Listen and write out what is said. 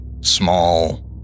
small